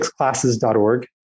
sixclasses.org